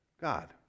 God